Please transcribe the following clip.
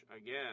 again